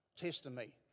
testimony